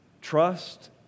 Trust